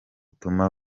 tuma